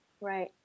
right